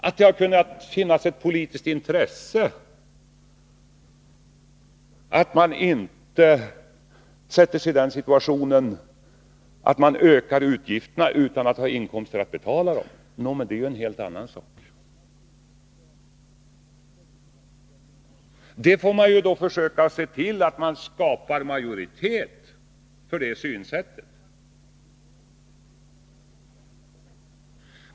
Att det ha, kunnat finnas ett politiskt intresse av 105 att man inte sätter sig i den situationen att man ökar utgifterna utan att ha inkomster för att betala dem är en helt annan sak. Man får försöka se till att man skapar majoritet för sina förslag.